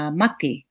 mate